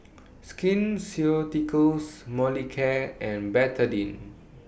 Skin Ceuticals Molicare and Betadine